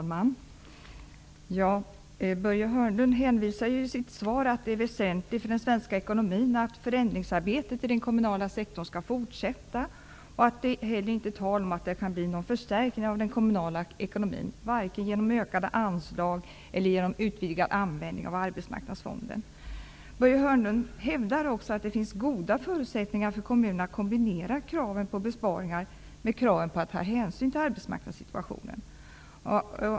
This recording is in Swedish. Herr talman! Börje Hörnlund hänvisar i sitt svar till att det är väsentligt för den svenska ekonomin att förändringsarbetet i den kommunala sektorn skall fortsätta. Det är inte heller tal om att det kan bli någon förstärkning av den kommunala ekonomin, varken genom ökade anslag eller genom utvidgad användning av Arbetsmarknadsfonden. Börje Hörnlund hävdar också att det finns goda förutsättningar för kommunerna att kombinera kraven på besparingar med kraven på att ta hänsyn till arbetsmarknadssituationen.